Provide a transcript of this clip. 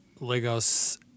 Lagos